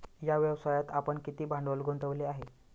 या व्यवसायात आपण किती भांडवल गुंतवले आहे?